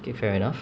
okay fair enough